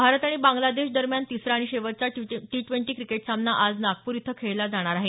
भारत आणि बांग्लादेश दरम्यान तिसरा आणि शेवटचा टी ट्वेंटी क्रिकेट सामना आज नागपूर इथं खेळला जाणार आहे